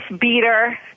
beater